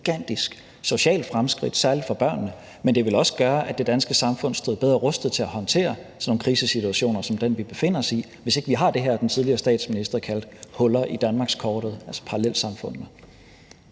det vil også gøre, at det danske samfund står bedre rustet til at håndtere sådan nogle krisesituationer som den, vi befinder os i, hvis ikke vi har det, som den tidligere statsminister kaldte huller i danmarkskortet,